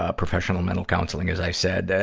ah professional mental counseling, as i said.